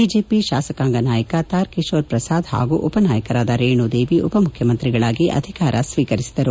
BJP ಶಾಸಕಾಂಗ ನಾಯಕ ತಾರ್ಕಿಶೋರ್ ಪ್ರಸಾದ್ ಹಾಗೂ ಉಪನಾಯಕರಾದ ರೇಣುದೇವಿ ಉಪಮುಖ್ಯಮಂತ್ರಿಗಳಾಗಿ ಅಧಿಕಾರ ಸ್ವೀಕರಿಸಿದರು